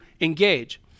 engage